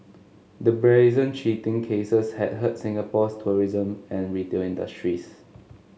the brazen cheating cases had hurt Singapore's tourism and retail industries